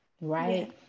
right